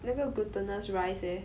那个 glutinous rice eh